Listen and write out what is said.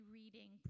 reading